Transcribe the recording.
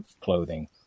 clothing